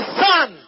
son